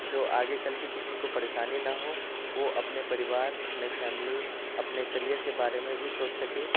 जो आगे चलके किसी को परेशानी ना हो वो अपने परिवार अपने फैमिली अपने करियर के बारे में भी सोच सके